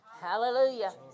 Hallelujah